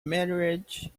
marriage